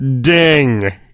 ding